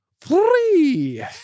three